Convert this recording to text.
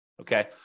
Okay